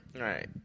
Right